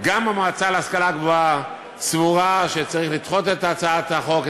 שגם המועצה להשכלה גבוהה סבורה שצריך לדחות את הצעת החוק,